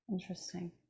interesting